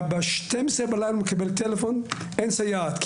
ב-00:00 הוא מקבל טלפון "אין סייעת".